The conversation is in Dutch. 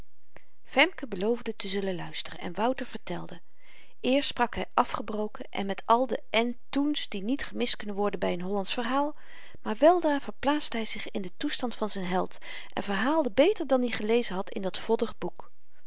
femke beloofde te zullen luisteren en wouter vertelde eerst sprak hy afgebroken en met al de en toens die niet gemist kunnen worden by een hollandsch verhaal maar weldra verplaatste hy zich in den toestand van z'n held en verhaalde beter dan i gelezen had in dat voddig boek